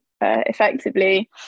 effectively